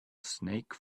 snake